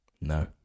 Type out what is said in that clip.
No